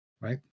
right